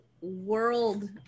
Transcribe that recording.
world